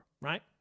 right